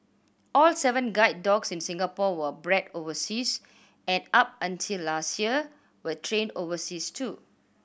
all seven guide dogs in Singapore were bred overseas and up until last year were trained overseas too